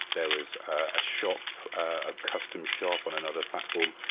there was a shop, a custom shop on another platform.